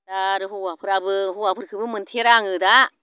दा आरो हौवाफ्राबो हौवाफोरखोबो मोनथेरा आङो दा